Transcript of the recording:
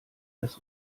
das